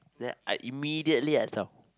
then I immediately I chao